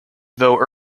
though